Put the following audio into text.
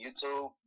YouTube